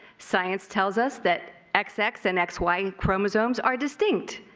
science tells us that xx xx and x y and chromosome are distinct.